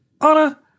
Anna